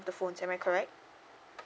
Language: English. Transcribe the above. of the phone am I correct